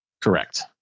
correct